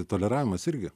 toleravimas irgi